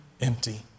empty